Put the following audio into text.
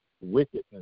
wickedness